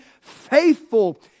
faithful